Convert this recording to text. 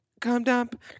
Come-dump